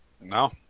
No